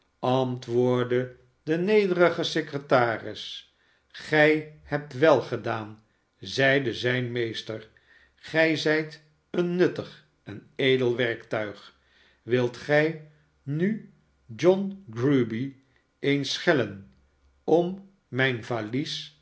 antwoordde de nederige secretaris igij hebt wel gedaan zeide zijn meester gij zijt een nuttig en edel werktuig wilt gij nu john grueby eens schellen om mijn valies